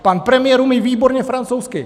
Pan premiér umí výborně francouzsky.